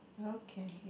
okay